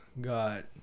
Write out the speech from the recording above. God